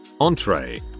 entree